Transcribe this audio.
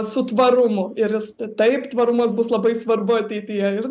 su tvarumu ir jis taip tvarumas bus labai svarbu ateityje ir